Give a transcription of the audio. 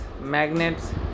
magnets